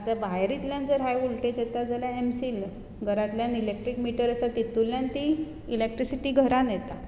आतां वायरींतल्यान जर हाय वोल्टॅज येता जाल्यार एमसील न्हू घरांतल्यान इलॅकट्रिक मिटर आसा तातूंतल्यान ती इलॅक्ट्रिसीटी घरांत येता